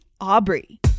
Aubrey